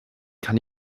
kann